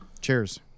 Cheers